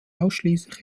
ausschließlich